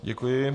Děkuji.